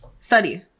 study